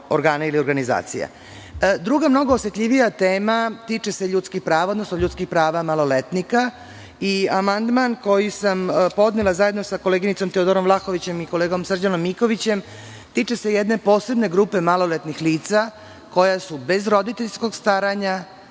mnogo osetljivija tema se tiče ljudskih prava, odnosno ljudskih prava maloletnika. Amandman koji sam podnela zajedno sa koleginicom Teodorom Vlahović i kolegom Srđanom Mikovićem se tiče jedne posebne grupe maloletnih lica koja su bez roditeljskog staranja,